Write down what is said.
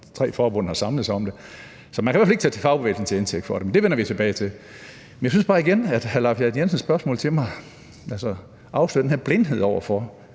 Tre forbund har samlet sig om det. Så man kan i hvert fald ikke tage fagbevægelsen til indtægt for det, men det vender vi tilbage til. Jeg synes bare igen, at hr. Leif Lahn Jensens spørgsmål til mig afslører den her blindhed over for,